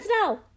now